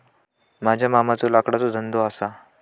माझ्या मामाचो लाकडाचो धंदो असा